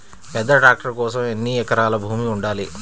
పెద్ద ట్రాక్టర్ కోసం ఎన్ని ఎకరాల భూమి ఉండాలి?